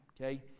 okay